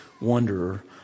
wanderer